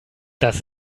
das